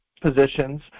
positions